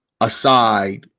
aside